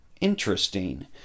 interesting